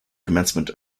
commencement